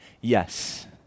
Yes